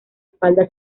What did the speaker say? espalda